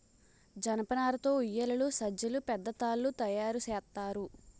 జనపనార తో ఉయ్యేలలు సజ్జలు పెద్ద తాళ్లు తయేరు సేత్తారు